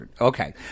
Okay